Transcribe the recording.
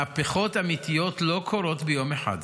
מהפכות אמיתיות לא קורות ביום אחד.